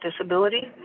disability